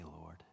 Lord